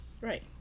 Right